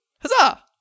Huzzah